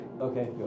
Okay